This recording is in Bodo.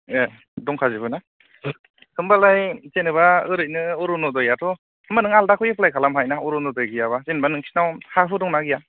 ऐ दंखाजोबोना होमबालाय जेन'बा ओरैनो अरुन'दयाथ' होमबा नों आलदाखौ एफ्लाय खालामनो हायोना अरुन'दय गैयाबा जेनबा नोंसोरनाव हा हु दंना गैया